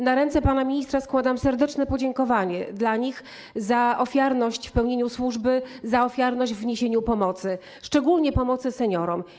Na ręce pana ministra składam serdeczne podziękowania dla nich za ofiarność w pełnieniu służby, za ofiarność w niesieniu pomocy, szczególnie pomocy seniorom.